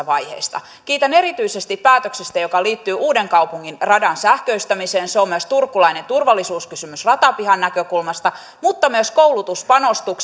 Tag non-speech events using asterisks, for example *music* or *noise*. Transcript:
*unintelligible* vaiheista kiitän erityisesti päätöksestä joka liittyy uudenkaupungin radan sähköistämiseen se on turkulainen turvallisuuskysymys ratapihan näkökulmasta mutta myös koulutuspanostus *unintelligible*